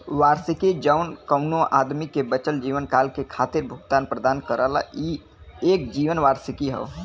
वार्षिकी जौन कउनो आदमी के बचल जीवनकाल के खातिर भुगतान प्रदान करला ई एक जीवन वार्षिकी हौ